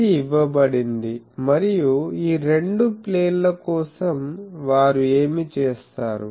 ఇది ఇవ్వబడింది మరియు ఈ రెండు ప్లేన్ల కోసం వారు ఏమి చేస్తారు